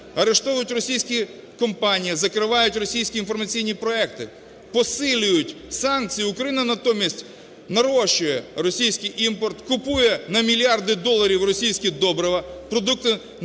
арештовують російські компанії, закривають російські інформаційні проекти, посилюють санкції, Україна натомість нарощує російський імпорт, купує на мільярди доларів російські добрива, продукти